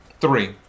Three